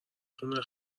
تونه